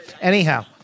Anyhow